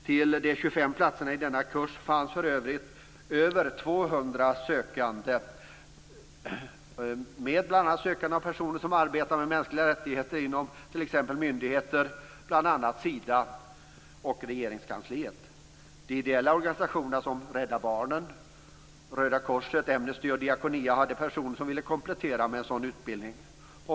Till de 25 platserna i denna kurs fanns över 200 sökande, bl.a. personer som arbetar med mänskliga rättigheter inom t.ex. myndigheter som Sida och även Regeringskansliet. De ideella organisationerna Rädda Barnen, Röda korset, Amnesty och Diakonia hade personer som ville komplettera med en sådan utbildning.